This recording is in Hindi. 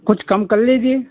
कुछ कम लीजिए